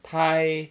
thai